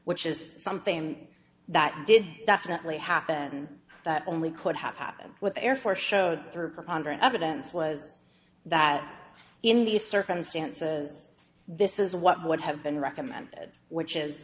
which is something that did definitely happen that only could have happened with the air force showed through preponderance evidence was that in these circumstances this is what would have been recommended which